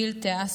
גיל תעסה.